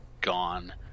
gone